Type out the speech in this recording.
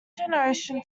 generation